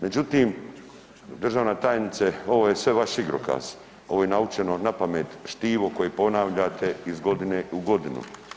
Međutim, državna tajnice ovo je sve vaš igrokaz, ovo je naučeno napamet štivo koje ponavljate iz godine u godinu.